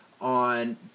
on